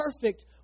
perfect